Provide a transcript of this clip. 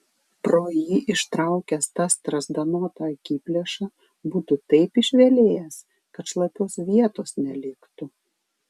pro jį ištraukęs tą strazdanotą akiplėšą būtų taip išvelėjęs kad šlapios vietos neliktų